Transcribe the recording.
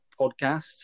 podcast